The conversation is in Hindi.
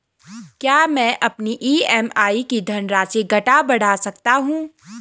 क्या मैं अपनी ई.एम.आई की धनराशि घटा बढ़ा सकता हूँ?